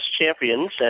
champions